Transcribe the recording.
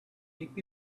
keep